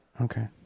Okay